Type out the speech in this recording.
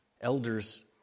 Elders